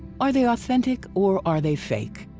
are they authentic or are they fake?